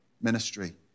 ministry